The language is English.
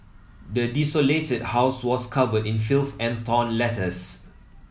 the desolated house was covered in filth and torn letters